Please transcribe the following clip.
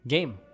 Game